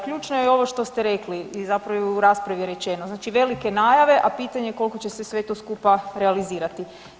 Ključno je i ovo što ste rekli i zapravo je i u raspravi rečeno, znači velike najave, a pitanje kolko će se sve to skupa realizirati.